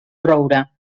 roure